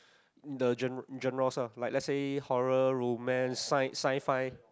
the gen~ genres like let say horror romance sci~ sci fi